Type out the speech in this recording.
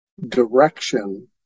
direction